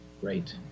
Great